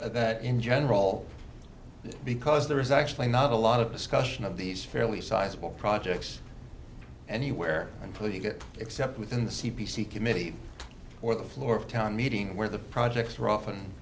that in general because there is actually not a lot of discussion of these fairly sizable projects anywhere until you get except within the c p c committee or the floor of town meeting where the projects are often